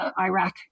Iraq